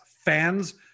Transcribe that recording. FANS